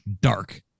dark